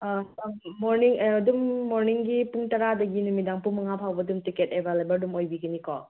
ꯑ ꯃꯣꯔꯅꯤꯡ ꯑꯗꯨꯝ ꯃꯣꯔꯅꯤꯡꯒꯤ ꯄꯨꯡ ꯇꯔꯥꯗꯒꯤ ꯅꯨꯃꯤꯗꯥꯡ ꯄꯨꯡ ꯃꯉꯥ ꯐꯥꯎꯕ ꯑꯗꯨꯝ ꯇꯤꯀꯦꯠ ꯑꯦꯕꯥꯏꯂꯦꯕꯜ ꯑꯗꯨꯝ ꯑꯣꯏꯕꯤꯒꯅꯤꯀꯣ